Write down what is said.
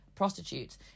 prostitutes